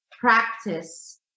practice